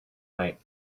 night